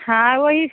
हाँ वही